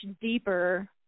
deeper